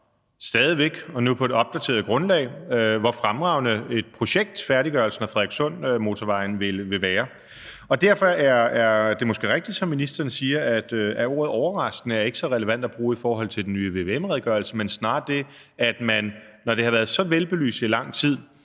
stadig væk og nu på et opdateret grundlag er enige om, hvor fremragende et projekt færdiggørelsen af Frederikssundmotorvejen vil være. Derfor er det måske rigtigt, som ministeren siger, at ordet overraskende ikke er så relevant at bruge i forhold til den nye vvm-redegørelse, men snarere om det, at man, når det har været så velbelyst i lang tid,